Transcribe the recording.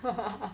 !wah!